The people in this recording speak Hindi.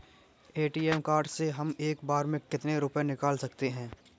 ए.टी.एम कार्ड से हम एक बार में कितने रुपये निकाल सकते हैं?